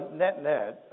net-net